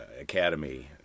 academy